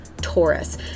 taurus